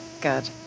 good